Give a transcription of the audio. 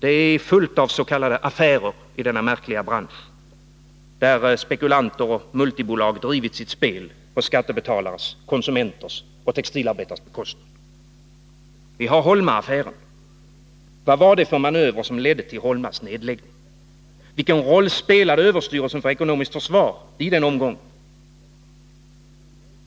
Det är fullt av s.k. ”affärer” i denna märkliga bransch, där spekulanter och multibolag drivit sitt spel på skattebetalares, konsumenters och textilarbetares bekostnad. Vi har Holma-affären. Vad var det för manövrer som ledde till Holmas nedläggning? Vilken roll spelade överstyrelsen för ekonomiskt försvar i den omgången?